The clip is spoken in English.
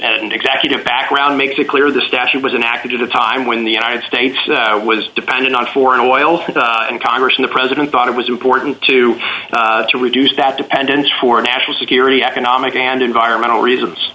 and executive background makes it clear the statute was in aggregate a time when the united states was dependent on foreign oil and congress and the president thought it was important to to reduce that dependence for national city economic and environmental reasons